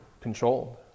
controlled